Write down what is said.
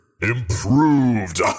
Improved